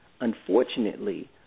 unfortunately